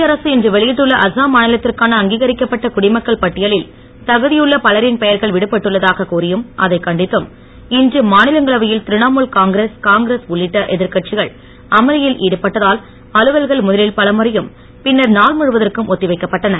மத்திய அரசு இன்று வெளியிட்டுள்ள அஸ்ஸாம் மாநிலத்திற்கான அங்கீகரிக்கப்பட்ட குடிமக்கள் பட்டியலில் தகுதியுள்ள பலரின் பெயர்கள் விடுபட்டுள்ளதாகக் கூறியும் அதைக் கண்டித்தும் இன்று மாநிலங்களவையில் திரிணாமூல் காங்கிரஸ் காங்கிரஸ் உள்ளிட்ட எதிர்கட்சிகள் அமளியில் ஈடுபட்டதால் அலுவல்கள் முதலில் பலமுறையும் பின்னர் நாள் முழுவதற்கும் ஒத்திவைக்கப் பட்டன